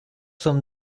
som